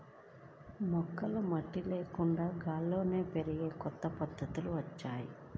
మొక్కలు మట్టి లేకుండా గాల్లోనే పెరిగే కొత్త పద్ధతులొచ్చాయ్